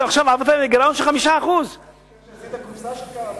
עכשיו הפכת לגירעון של 5%. אבל אל תשכח שעשית קופסה של כמה מיליארדים.